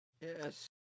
Yes